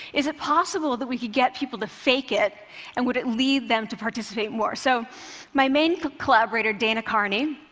is it possible that we could get people to fake it and would it lead them to participate more? so my main collaborator dana carney,